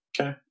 Okay